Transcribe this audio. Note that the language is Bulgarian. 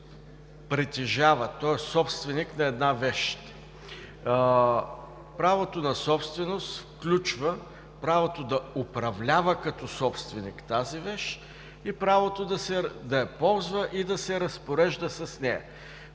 притежава, той е собственик на една вещ. Правото на собственост включва правото да управлява като собственик тази вещ и правото да я ползва и да се разпорежда с нея.